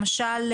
למשל,